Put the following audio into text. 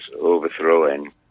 overthrowing